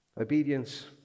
Obedience